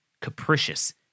capricious